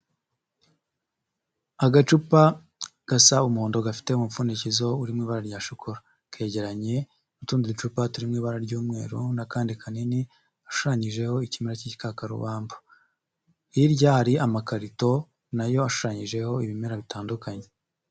Agacupa gasa umuhodo gafite umupfundikizo uri mu ibara rya shokora, kegeranye n'utundi ducupa turi mu ibara ry'umweru n'akandi kanini gashushanyijeho ikimera k'igikakarubamba, hirya hari amakarito na yo ashushanyijeho ibimera bitandukanye.